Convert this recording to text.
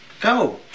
Go